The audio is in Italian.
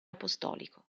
apostolico